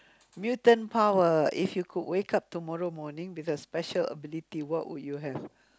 mutant power if you could wake up tomorrow morning with a special ability what would you have